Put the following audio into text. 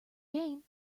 gain